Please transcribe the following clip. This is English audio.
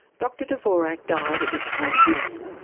dr dvorak died a disappointed man,